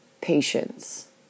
patience